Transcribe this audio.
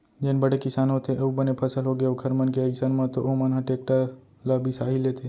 जेन बड़े किसान होथे अउ बने फसल होगे ओखर मन के अइसन म तो ओमन ह टेक्टर ल बिसा ही लेथे